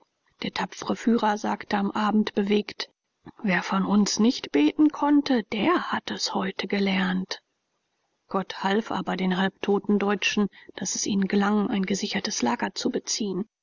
der tapfre führer sagte am abend bewegt wer von uns nicht beten konnte der hat es heute gelernt gott half aber den halbtoten deutschen daß es ihnen gelang ein gesichertes lager zu beziehen